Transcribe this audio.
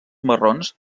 marrons